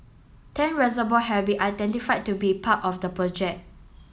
ten reservoir have been identified to be part of the project